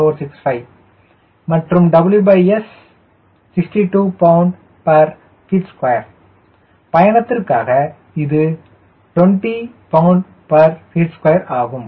465 மற்றும் WS 62 lbft2 பயணத்திற்காக இது 20 lbft2 ஆகும்